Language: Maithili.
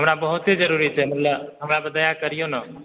हमरा बहुते ज़रूरी छै मतलब हमरा पर दया करियौ ने